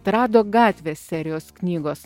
trado gatvės serijos knygos